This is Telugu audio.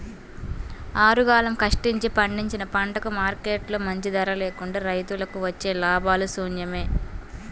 ఆరుగాలం కష్టించి పండించిన పంటకు మార్కెట్లో మంచి ధర లేకుంటే రైతులకు వచ్చే లాభాలు శూన్యమే